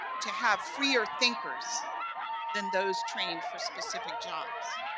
to have freer thinkers than those trained for specific jobs.